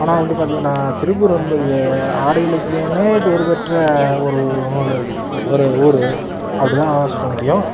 ஆனால் வந்து பார்த்திங்கன்னா திருப்பூர் வந்து ஆடைகளுக்குன்னே பேர் பெற்ற ஒரு நூல் ஒரு ஊர் அப்படிதான் சொல்ல முடியும்